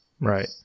Right